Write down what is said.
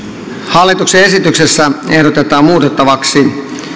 hallituksen esityksessä ehdotetaan muutettavaksi